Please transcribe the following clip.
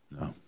No